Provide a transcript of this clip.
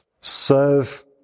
Serve